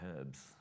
herbs